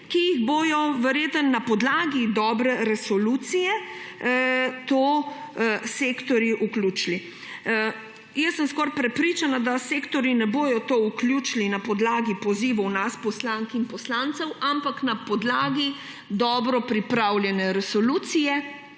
ki jih bodo verjetno na podlagi dobre resolucije sektorji vključili. Skoraj sem prepričana, da sektorji tega ne bodo vključili na podlagi pozivov nas poslank in poslancev, ampak na podlagi dobro pripravljene resolucije,